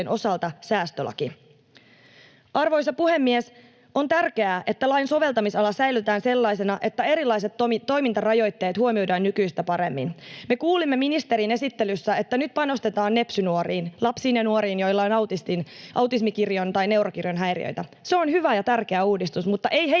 Arvoisa puhemies! On tärkeää, että lain soveltamisala säilytetään sellaisena, että erilaiset toimintarajoitteet huomioidaan nykyistä paremmin. Me kuulimme ministerin esittelyssä, että nyt panostetaan nepsy-nuoriin eli lapsiin ja nuoriin, joilla on autismikirjon tai neurokirjon häiriöitä. Se on hyvä ja tärkeä uudistus, mutta ei heitä